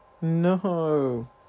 No